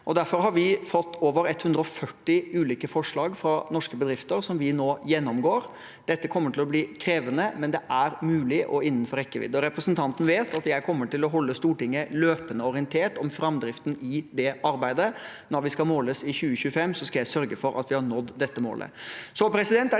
Derfor har vi fått over 140 ulike forslag fra norske bedrifter, som vi nå gjennomgår. Dette kommer til å bli krevende, men det er mulig og innenfor rekkevidde. Representanten vet at jeg kommer til å holde Stortinget løpende orientert om framdriften i det arbeidet. Når vi skal måles i 2025, skal jeg sørge for at vi har nådd dette målet.